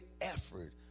effort